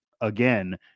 again